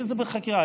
זה בחקירה,